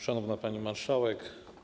Szanowna Pani Marszałek!